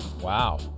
Wow